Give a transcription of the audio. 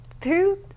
two